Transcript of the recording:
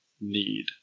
need